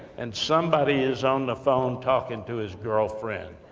and somebody is on the phone, talking to his girlfriend.